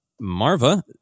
Marva